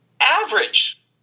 average